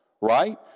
right